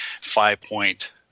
five-point